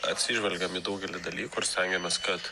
atsižvelgiam į daugelį dalykų ir stengiamės kad